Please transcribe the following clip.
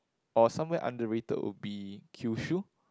or somewhere underrated will be Kyushu